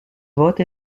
vote